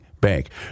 bank